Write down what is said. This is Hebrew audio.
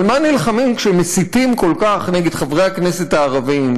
על מה נלחמים כשמסיתים כל כך נגד חברי הכנסת הערבים,